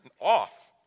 off